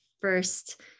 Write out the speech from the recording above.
first